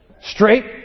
Straight